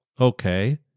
Okay